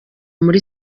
muri